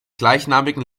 gleichnamigen